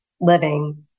living